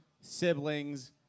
siblings